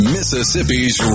Mississippi's